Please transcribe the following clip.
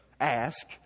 Ask